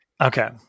Okay